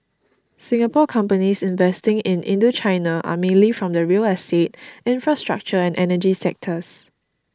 Singapore companies investing in Indochina are mainly from the real estate infrastructure and energy sectors